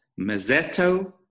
Mazzetto